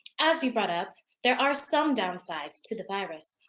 as you brought up, there are some downsides to the virus.